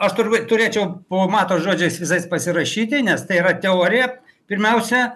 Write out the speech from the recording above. aš turbūt turėčiau po mato žodžiais visais pasirašyti nes tai yra teorija pirmiausia